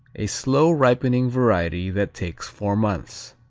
a slow-ripening variety that takes four months.